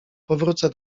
powrócę